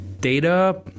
data